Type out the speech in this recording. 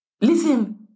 listen